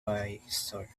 visor